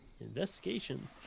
Investigation